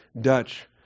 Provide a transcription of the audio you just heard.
Dutch